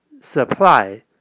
supply